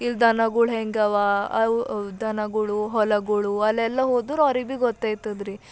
ಇಲ್ಲ ದನಗಳು ಹೆಂಗಿವೆ ಅವು ದನಗಳು ಹೊಲಗಳು ಅಲ್ಲೆಲ್ಲ ಹೋದರೆ ಅವ್ರಿಗೆ ಭೀ ಗೊತ್ತಾಯ್ತದ್ರಿ